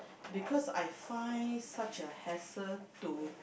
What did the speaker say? because I find such a hassle to